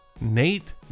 nate